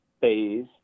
phase